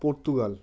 Portugal